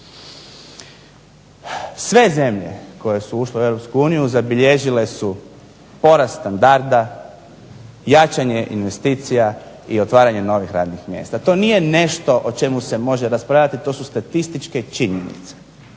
Sve zemlje koje su ušle u Europsku uniju zabilježile su porast standarda, jačanje investicija i otvaranje novih radnih mjesta. To nije nešto o čemu se može raspravljati. To su statističke činjenice.